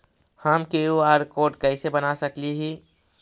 हम QR code कैसे बना सकली ही?